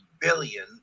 billion